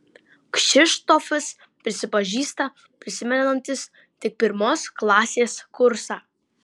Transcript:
kšištofas prisipažįsta prisimenantis tik pirmos klasės kursą